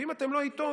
ואם אתם לא איתו,